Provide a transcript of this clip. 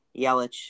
Yelich